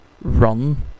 run